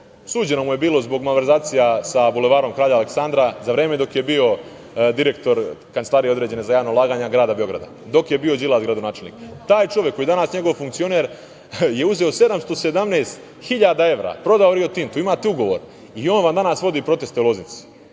suđeno mu je bilo zbog malverzacija sa Bulevarom Kralja Aleksandra za vreme dok je bio direktor Kancelarije, određene, za javna ulaganja Grada Beograda, dok je bio Đilas gradonačelnik. Taj čovek koji je danas njegov funkcioner je uzeo 717 hiljada evra, prodao Rio Tintu, imate ugovor i on vam danas vodi proteste u Loznici.